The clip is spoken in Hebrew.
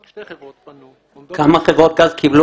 שתי חברות פנו --- כמה חברות גז קיבלו